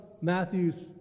Matthew's